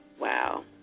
Wow